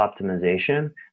optimization